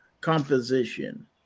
composition